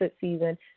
season